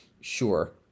sure